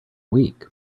week